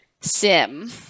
sim